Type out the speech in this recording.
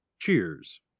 Cheers